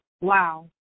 Wow